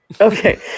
Okay